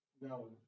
No